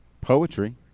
poetry